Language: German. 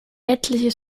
etliche